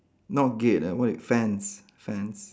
not gate ah what y~ fence fence